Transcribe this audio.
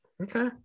Okay